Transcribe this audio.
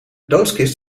doodskist